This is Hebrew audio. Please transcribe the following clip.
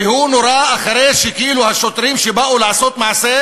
והוא נורה אחרי שכאילו השוטרים שבאו לעשות מעשה